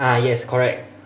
ah yes correct